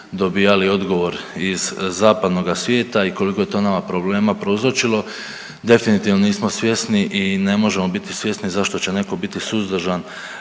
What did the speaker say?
dobijali odgovor iz zapadnoga svijeta i koliko je to nama problema prouzročili. Definitivno nismo svjesni i ne možemo biti svjesni zašto će netko biti suzdržan